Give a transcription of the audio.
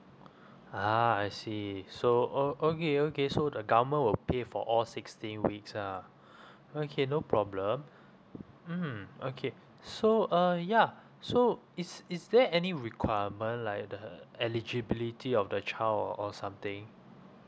ah I see so o~ okay okay so the government will pay for all sixteen weeks ah okay no problem mm okay so uh ya so is is there any requirement like the eligibility of the child or or something